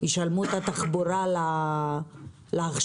ישלמו את התחבורה להכשרות?